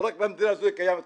רק במדינה הזו קיים צדק,